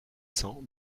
cent